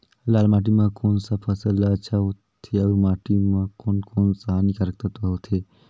लाल माटी मां कोन सा फसल ह अच्छा होथे अउर माटी म कोन कोन स हानिकारक तत्व होथे?